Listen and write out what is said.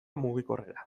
mugikorrera